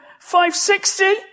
560